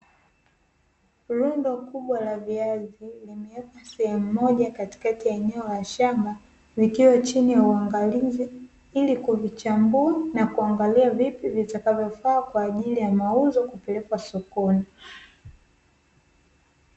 Rundo kubwa la viazi limewekwa sehemu moja katikati ya eneo la shamba, likiwa chini ya uangalizi ili kuvichambua na kuangalia vipi vitakavyofaa kwa ajili ya mauzo kupelekwa sokoni.